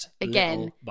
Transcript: again